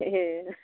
ए